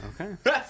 Okay